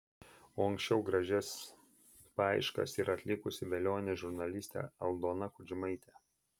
o anksčiau gražias paieškas yra atlikusi velionė žurnalistė aldona kudžmaitė